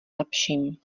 lepším